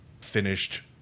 finished